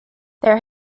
there